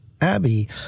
Abbey